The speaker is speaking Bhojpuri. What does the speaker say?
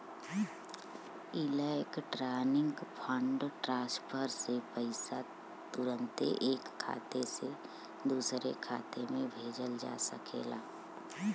इलेक्ट्रॉनिक फंड ट्रांसफर से पईसा तुरन्ते ऐक खाते से दुसरे खाते में भेजल जा सकेला